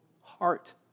heart